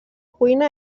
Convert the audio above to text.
cuina